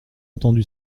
entendu